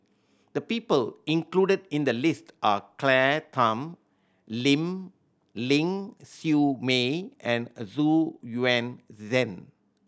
the people included in the list are Claire Tham Ling Ling Siew May and Xu Yuan Zhen